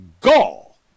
gall